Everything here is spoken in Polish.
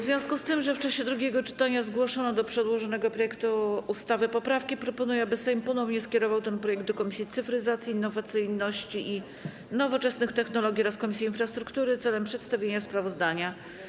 W związku z tym, że w czasie drugiego czytania zgłoszono do przedłożonego projektu ustawy poprawki, proponuję, aby Sejm ponownie skierował ten projekt do Komisji Cyfryzacji, Innowacyjności i Nowoczesnych Technologii oraz Komisji Infrastruktury celem przedstawienia sprawozdania.